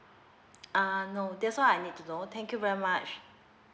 uh no that's all I need to know thank you very much